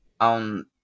On